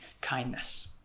kindness